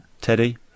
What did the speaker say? Teddy